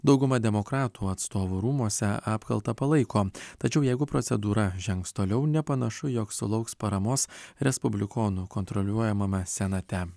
dauguma demokratų atstovų rūmuose apkaltą palaiko tačiau jeigu procedūra žengs toliau nepanašu jog sulauks paramos respublikonų kontroliuojamame senate